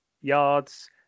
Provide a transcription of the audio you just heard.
yards